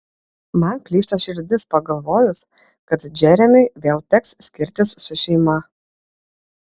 man plyšta širdis pagalvojus kad džeremiui vėl teks skirtis su šeima